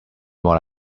what